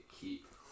keep